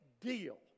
deal